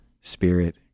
Spirit